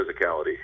physicality